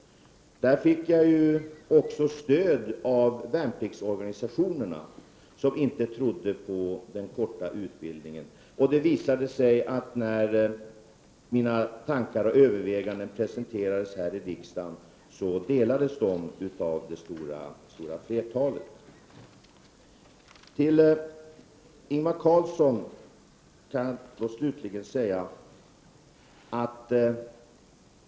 På den punkten fick jag stöd av värnpliktsorganisationerna som inte trodde på den korta utbildningen. När mina tankar och överväganden presenterades här i riksdagen delades de av det stora flertalet. Till Ingvar Karlsson i Bengtsfors kan jag slutligen säga följande.